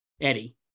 Eddie